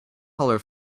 color